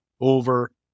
over